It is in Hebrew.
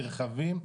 נרחבים,